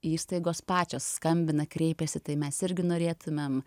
įstaigos pačios skambina kreipiasi tai mes irgi norėtumėm